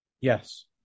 Yes